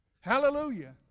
Hallelujah